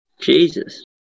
Jesus